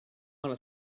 wanta